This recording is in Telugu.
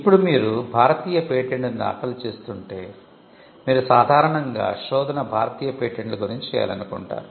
ఇప్పుడు మీరు భారతీయ పేటెంట్ను దాఖలు చేస్తుంటే మీరు సాధారణంగా శోధన భారతీయ పేటెంట్ల గురించి చేయాలనుకుంటారు